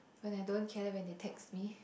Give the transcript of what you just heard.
when I don't care when they text me